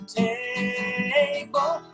table